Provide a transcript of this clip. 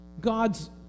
God's